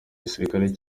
gisirikare